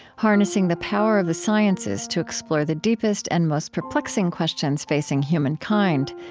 harnessing the power of the sciences to explore the deepest and most perplexing questions facing human kind.